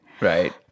right